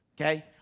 Okay